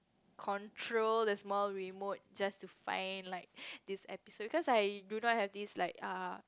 control the small remote just to find like this episode cause I do not have this like ah